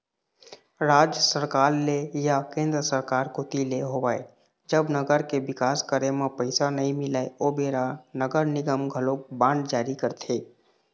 राज सरकार ले या केंद्र सरकार कोती ले होवय जब नगर के बिकास करे म पइसा नइ मिलय ओ बेरा नगर निगम घलोक बांड जारी करथे